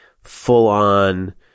full-on